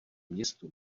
město